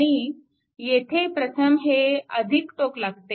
आणि येथे प्रथम हे टोक लागते